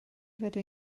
rydw